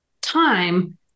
time